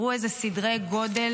תראו איזה סדרי גודל